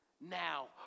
now